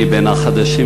אני בין החדשים,